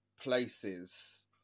places